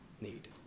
need